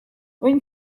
when